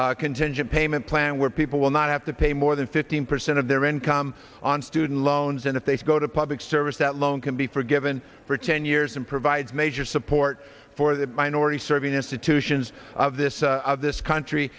change a payment plan where people will not have to pay more than fifteen percent of their income on student loans and if they go to public service that loan can be forgiven for ten years and provides major support for the minority serving institutions of this of this country